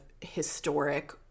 historic